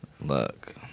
Look